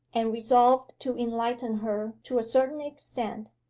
and resolved to enlighten her to a certain extent,